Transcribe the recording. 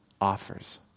offers